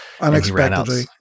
unexpectedly